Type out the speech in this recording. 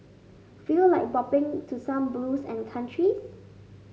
feel like bopping to some blues and countries